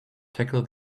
tackle